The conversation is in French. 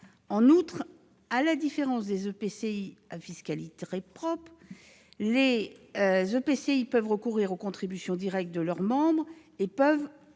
En outre, à la différence des EPCI à fiscalité propre, les EPCI peuvent recourir aux contributions directes de leurs membres et les